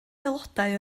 aelodau